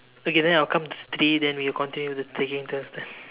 okay then I'll count to three then we will continue with the taking turns then